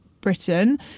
Britain